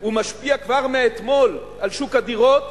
הוא משפיע כבר מאתמול על שוק הדירות,